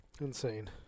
insane